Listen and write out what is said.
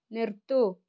നിർത്തൂ